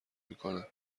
میکنند